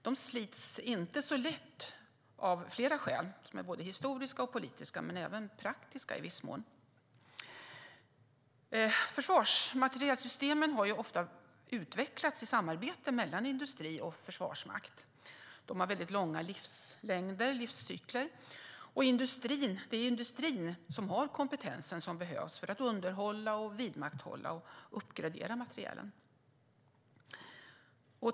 De slits inte så lätt av flera skäl, som är både historiska och politiska men även i viss mån praktiska. Försvarsmaterielsystemen har ofta utvecklats i samarbete mellan industri och försvarsmakt. De har långa livslängder, och det är industrin som har den kompetens som behövs för att underhålla, vidmakthålla och uppgradera materielen.